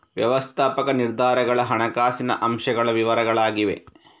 ವ್ಯವಸ್ಥಾಪಕ ನಿರ್ಧಾರಗಳ ಹಣಕಾಸಿನ ಅಂಶಗಳ ವಿವರಗಳಾಗಿವೆ